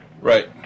Right